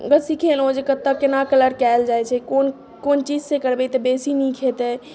बस सिखेलहुँ जे कतय केना कलर कयल जाइत छै कोन कोन चीजसँ करबै तऽ बेसी नीक हेतै